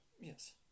yes